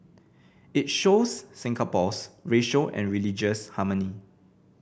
it shows Singapore's racial and religious harmony